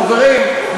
חברים,